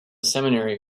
seminary